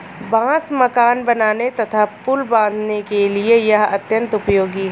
बांस मकान बनाने तथा पुल बाँधने के लिए यह अत्यंत उपयोगी है